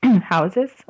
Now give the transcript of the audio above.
houses